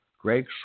Greg